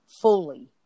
fully